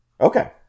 Okay